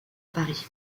paris